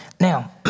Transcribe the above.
Now